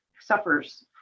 suffers